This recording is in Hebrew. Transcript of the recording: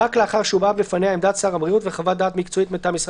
רק שהובאה בפניה עמדת שר הבריאות וחוות דעת מקצועית מטעם משרד